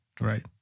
right